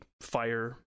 fire